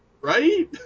Right